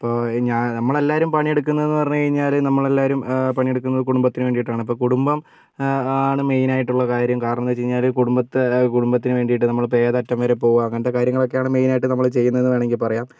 ഇപ്പോൾ ഞാ നമ്മളെല്ലാവരും പണിയെടുക്കുന്നത് എന്ന് പറഞ്ഞ് കഴിഞ്ഞാൽ നമ്മളെല്ലാവരും പണിയെടുക്കുന്നത് കുടുംബത്തിന് വേണ്ടിയിട്ടാണ് ഇപ്പം കുടുംബം ആണ് മെയ്നായിട്ടുള്ള കാര്യം കാരണമെന്താണെന്ന് വെച്ച് കഴിഞ്ഞാൽ കുടുംബത്തെ കുടുംബത്തിന് വേണ്ടിയിട്ട് നമ്മളിപ്പോൾ ഏതറ്റം വരെ പോകുക അങ്ങനത്തെ കാര്യങ്ങളൊക്കെയാണ് മെയ്നായിട്ട് നമ്മൾ ചെയ്യുന്നത് വേണമെങ്കിൽ പറയാം